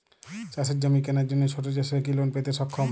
চাষের জমি কেনার জন্য ছোট চাষীরা কি লোন পেতে সক্ষম?